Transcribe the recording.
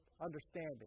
understanding